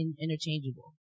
interchangeable